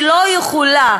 שלא יכולה